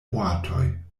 boatoj